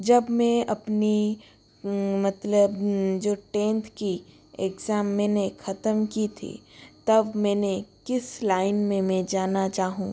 जब मैं अपनी मतलब जो टेन्थ की एग्ज़ैम मैंने खत्म की थी तब मैंने किस लाइन में मैं जाना चाहूँ